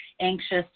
anxious